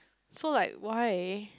so like why